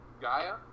Gaia